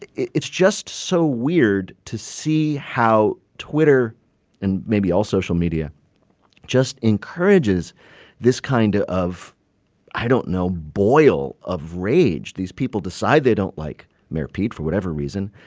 it's just so weird to see how twitter and maybe all social media just encourages this kind of of i don't know boil of rage. these people decide they don't like mayor pete for whatever reason,